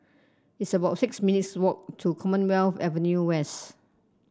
it's about six minutes' walk to Commonwealth Avenue West